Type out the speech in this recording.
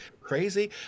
crazy